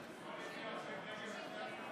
מכיוון שיש לנו כאן בקשה של 20 חברי כנסת לערוך הצבעה